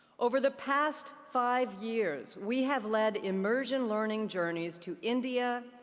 over the past five years, we have led immersion-learning journeys to india,